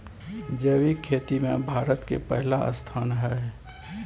जैविक खेती में भारत के पहिला स्थान हय